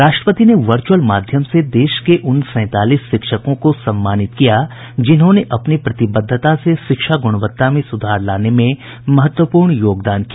राष्ट्रपति ने वर्चुअल माध्यम से देश के उन सैंतालीस शिक्षकों को सम्मानित किया जिन्होंने अपनी प्रतिबद्धता से शिक्षा गुणवत्ता में सुधार लाने में महत्वपूर्ण योगदान किया